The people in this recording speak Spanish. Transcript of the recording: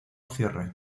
cierre